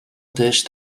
dish